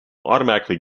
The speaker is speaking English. automatically